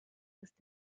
ist